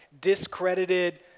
discredited